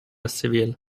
civil